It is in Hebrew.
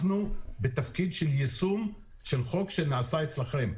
אנחנו בתפקיד של יישום של חוק שנעשה אצלכם,